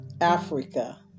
Africa